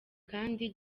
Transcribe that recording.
kandi